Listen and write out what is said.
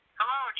Hello